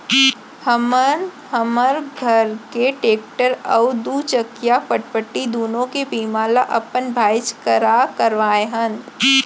हमन हमर घर के टेक्टर अउ दूचकिया फटफटी दुनों के बीमा ल अपन भाईच करा करवाए हन